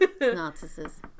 Nazis